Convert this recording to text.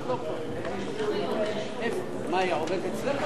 שר לממשלה נתקבלה.